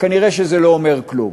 כנראה זה לא אומר כלום.